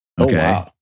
Okay